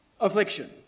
affliction